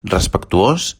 respectuós